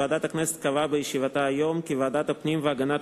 ועדת הכנסת קבעה בישיבתה היום כי ועדת הפנים והגנת